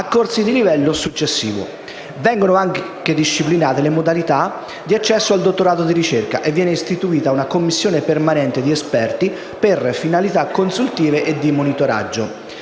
a corsi di livello successivo. Vengono anche disciplinate le modalità di accesso al dottorato di ricerca e viene istituita una commissione permanente di esperti per finalità consultive e di monitoraggio.